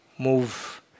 move